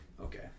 okay